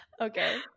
Okay